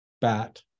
bat